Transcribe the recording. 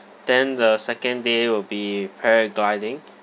then the second day will be paragliding